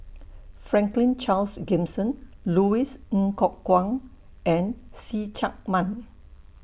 Franklin Charles Gimson Louis Ng Kok Kwang and See Chak Mun